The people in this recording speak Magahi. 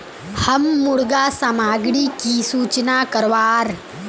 हम मुर्गा सामग्री की सूचना करवार?